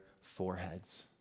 foreheads